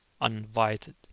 uninvited